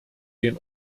den